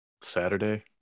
Saturday